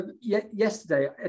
yesterday